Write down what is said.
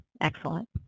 excellent